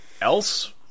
else